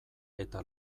eta